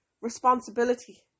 responsibility